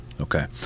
Okay